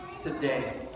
today